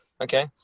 okay